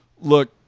look